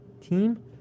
team